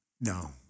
No